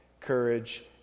courage